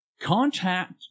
contact